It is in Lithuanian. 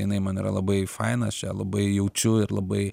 jinai man yra labai faina aš ją labai jaučiu ir labai